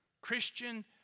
Christian